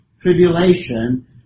Tribulation